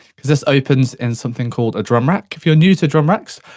cause this opens in something called a drum rack. if you're new to drum racks,